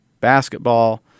basketball